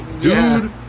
Dude